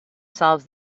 solves